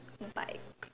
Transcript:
bike